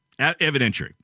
Evidentiary